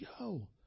yo